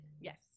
Yes